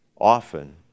often